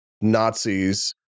Nazis